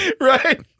Right